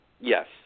yes